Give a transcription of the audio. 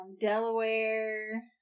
Delaware